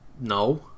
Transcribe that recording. No